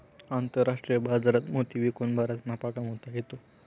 आंतरराष्ट्रीय बाजारात मोती विकून बराच नफा कमावता येतो